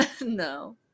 No